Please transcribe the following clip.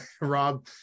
Rob